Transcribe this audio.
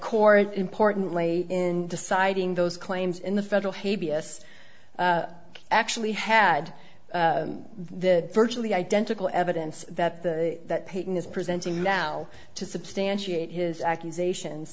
court importantly in deciding those claims in the federal hate b s actually had the virtually identical evidence that the that peyton is presenting now to substantiate his accusations